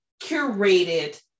curated